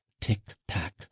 tick-tack